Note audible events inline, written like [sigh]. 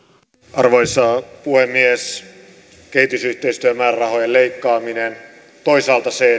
arvoisa puhemies kehitysyhteistyömäärärahojen leikkaaminen ja toisaalta se [unintelligible]